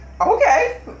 Okay